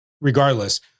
Regardless